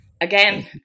Again